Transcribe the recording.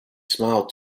smiled